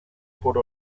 por